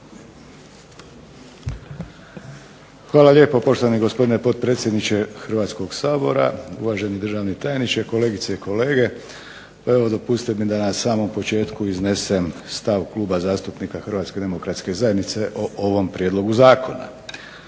Hvala lijepo poštovani gospodine potpredsjedniče Hrvatskog sabora, uvaženi državni tajniče, kolegice i kolege. Evo dopustite mi da na samom početku iznesem stav Kluba zastupnika HDZ-a o ovom prijedlogu zakona.